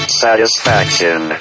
satisfaction